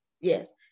Yes